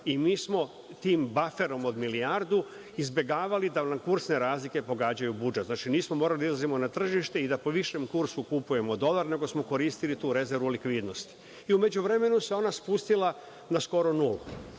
i mi smo tim baferom od milijardu izbegavali da nam kursne razlike pogađaju budžet. Znači, nismo morali da izlazimo na tržište i da po višem kursu kupujemo dolar nego smo koristili tu rezervu likvidnosti.U međuvremenu se ona spustila na skoro nulu,